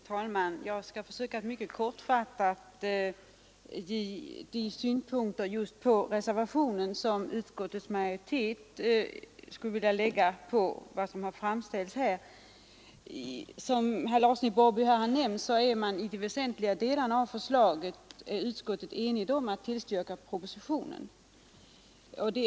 Herr talman! Jag skall försöka att mycket kortfattat redogöra för de synpunkter på reservationen som utskottets majoritet skulle vilja anföra. Som herr Larsson i Borrby nämnt är utskottet när det gäller de väsentliga delarna av förslaget enigt om att tillstyrka propositionen.